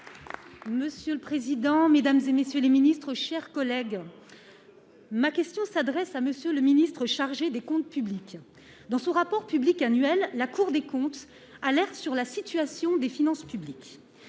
Monsieur le président, Mesdames et messieurs les Ministres, chers collègues, ma question s'adresse à monsieur le ministre chargé des comptes publics, dans son rapport public annuel, la Cour des comptes, alerte sur la situation des finances publiques,